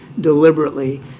deliberately